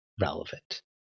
relevant